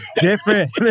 different